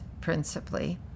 principally